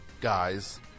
guys